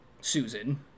Susan